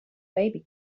baby